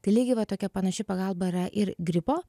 tai lygiai va tokia panaši pagalba yra ir gripo